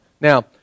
Now